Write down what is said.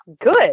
good